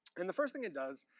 and the first thing it does,